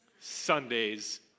Sunday's